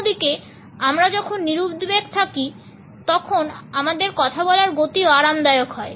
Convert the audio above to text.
অন্যদিকে আমরা যখন নিরুদ্বেগ থাকি তখন আমাদের কথা বলার গতিও আরামদায়ক হয়